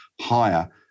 higher